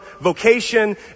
vocation